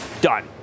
Done